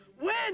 Win